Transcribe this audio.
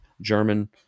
German